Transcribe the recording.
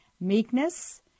meekness